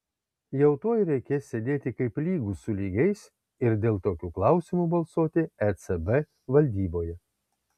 jau tuoj reikės sėdėti kaip lygūs su lygiais ir dėl tokių klausimų balsuoti ecb valdyboje